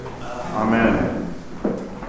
Amen